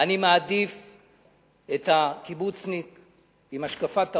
אני מעדיף את הקיבוצניק עם השקפת העולם,